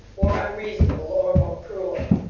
more unreasonable, or more cruel.